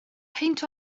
peint